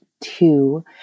two